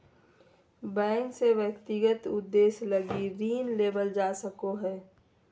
bank से व्यक्तिगत उद्देश्य लगी ऋण लेवल जा सको हइ